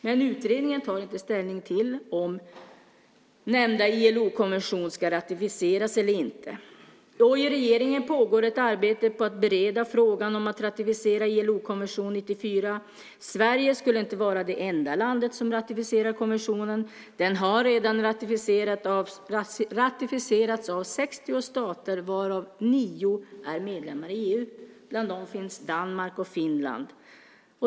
Men utredningen tar inte ställning till om nämnda ILO-konvention ska ratificeras eller inte. I regeringen pågår ett arbete med att bereda frågan om att ratificera ILO-konvention 94. Sverige skulle inte vara det enda landet som ratificerar konventionen. Den har redan ratificerats av 60 stater, varav 9 är medlemmar i EU. Bland dem finns Danmark och Finland.